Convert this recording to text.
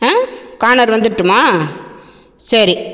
ஆ corner வந்துரட்டுமா சரி